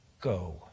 go